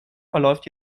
verläuft